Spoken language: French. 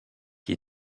qui